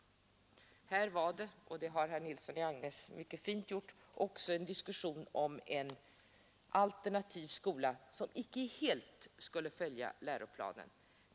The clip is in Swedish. Här är det, och det har herr Nilsson i Agnäs mycket fint redogjort för, en diskussion om en alternativ skola som icke helt skulle följa läroplanen.